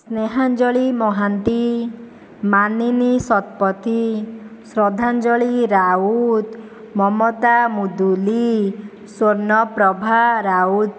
Snehanjali Mohanty Manini Satapathy Shraddhanjali Rout Mamata Muduli Swarnaprabha Raut